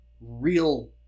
real